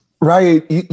Right